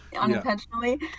unintentionally